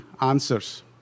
answers